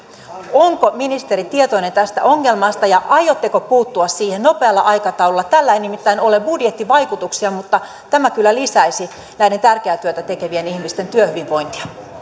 onko ministeri tietoinen tästä ongelmasta ja aiotteko puuttua siihen nopealla aikataululla tällä ei nimittäin ole budjettivaikutuksia mutta tämä kyllä lisäisi näiden tärkeää työtä tekevien ihmisten työhyvinvointia